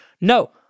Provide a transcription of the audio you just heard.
No